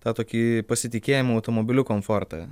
tą tokį pasitikėjimą automobiliu komfortą